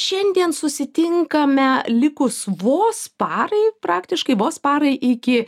šiandien susitinkame likus vos parai praktiškai vos parai iki